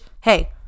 hey